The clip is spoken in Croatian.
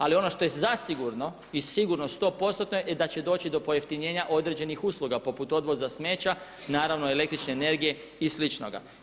Ali ono što je zasigurno i sigurno sto postotno je da će doći do pojeftinjenja pojedinih usluga poput odvoza smeća, naravno električne energije i sličnoga.